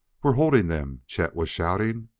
we're holding them! chet was shouting.